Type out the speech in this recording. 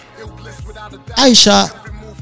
Aisha